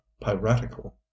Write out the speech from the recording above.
piratical